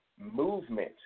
movement